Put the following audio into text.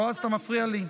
בועז, אתה מפריע לי.